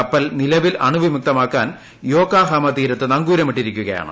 കപ്പൽ നിലവിൽ അണുവിമുക്തമാക്കാൻ യോക്കാ ഹാമ തീരത്ത് നങ്കൂരമിട്ടിരിക്കുകയാണ്